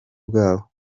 bwabo